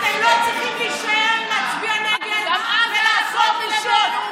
אתם לא צריכים להישאר ולהצביע נגד ולעשות בושות.